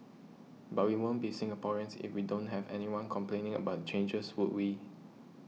but we won't be Singaporeans if we don't have anyone complaining about the changes would we